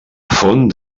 font